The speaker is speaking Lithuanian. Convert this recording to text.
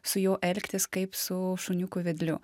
su juo elgtis kaip su šuniuku vedliu